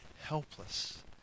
helpless